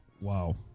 Wow